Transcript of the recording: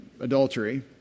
adultery